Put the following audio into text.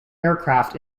aircraft